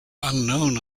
unknown